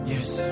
Yes